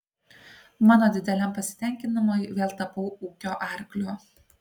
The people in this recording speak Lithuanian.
mano dideliam pasitenkinimui vėl tapau ūkio arkliu